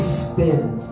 spend